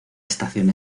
estación